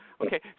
Okay